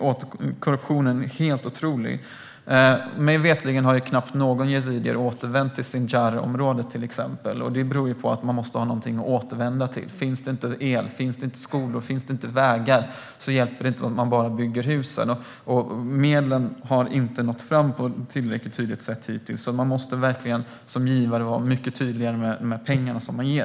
Korruptionen är helt otrolig. Mig veterligen har knappt någon yazidier återvänt till Sinjarområdet. Det beror på att de måste ha något att återvända till. Om det inte finns el, skolor eller vägar hjälper det inte att bygga hus. Medlen har inte nått fram på ett tillräckligt tydligt sätt. Givaren måste vara mycket tydlig med pengarna.